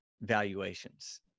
valuations